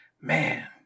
man